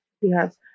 Yes